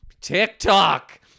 TikTok